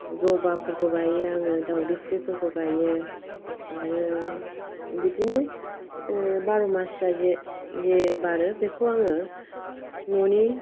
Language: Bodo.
जबाफोरखौ गायो आङो दावदै फुलफोरखौ गायो आरो बिदिनो बार' मासिया जे बारो बेखौ आङो न'नि